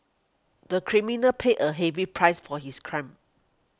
the criminal paid a heavy price for his crime